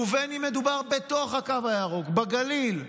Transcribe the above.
ובין שמדובר בתוך הקו הירוק בגליל,